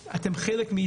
הדיון.